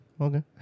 Okay